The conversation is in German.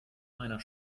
einer